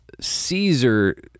Caesar